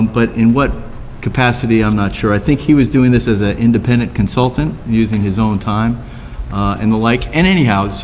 but in what capacity i'm not sure. i think he was doing this an ah independent consultant using his own time and the like. and anyhow, so